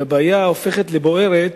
והבעיה הופכת לבוערת.